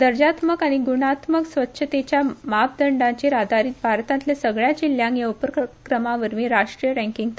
दर्ज्यात्मक आनी गुणात्मक स्वच्छतेच्या मापदंडांचेर आधारीत भारतांतल्या सगळ्यां जिल्ह्यांक ह्या उपक्रमा वरवीं राष्ट्रीय रँकींक थारतलें